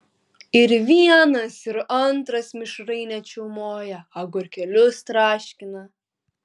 ir vienas ir antras mišrainę čiaumoja agurkėlius traškina